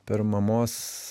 per mamos